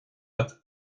agat